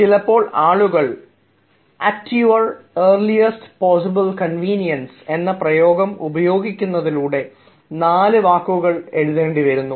ചിലപ്പോൾ ആളുകൾ at your possible convenience എന്ന പ്രയോഗം ഉപയോഗിക്കുന്നതിലൂടെ നാല് വാക്കുകൾ എഴുതേണ്ടി വരുന്നു